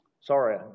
Sorry